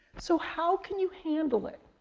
so, how can you handle it?